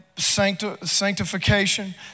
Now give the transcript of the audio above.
sanctification